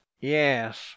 yes